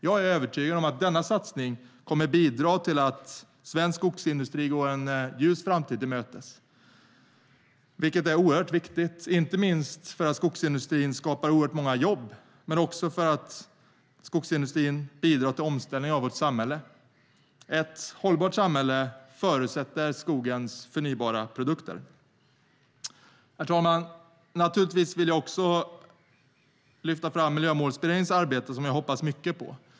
Jag är övertygad om att bland annat denna satsning kommer att bidra till att svensk skogsindustri går en ljus framtid till mötes, vilket är oerhört viktigt, inte minst därför att skogsindustrin skapar väldigt många jobb och bidrar till omställningen av vårt samhälle. Ett hållbart samhälle förutsätter skogens förnybara produkter. Herr talman! Naturligtvis vill jag lyfta fram Miljömålsberedningens arbete som jag hoppas mycket på.